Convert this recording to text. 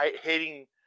hating